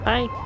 Bye